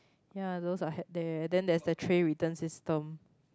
ya those are head there then there's the tray return system